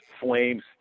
Flames